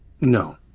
No